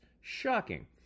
Shocking